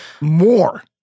more